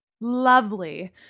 Lovely